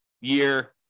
year